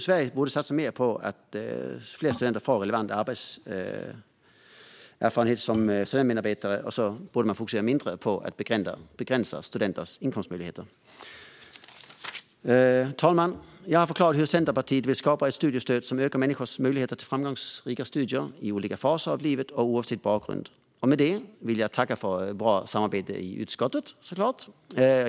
Sverige borde satsa mer på att fler studenter får relevant arbetserfarenhet som studentmedarbetare och mindre på att begränsa studenters inkomstmöjligheter. Fru talman! Jag har förklarat hur Centerpartiet vill skapa ett studiestöd som ökar människors möjligheter till framgångsrika studier i olika faser av livet oavsett bakgrund. Med det vill jag tacka för ett bra samarbete i utskottet.